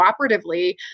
cooperatively